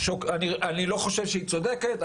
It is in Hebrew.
אני לא חושב שהיא צודקת.